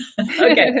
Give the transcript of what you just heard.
Okay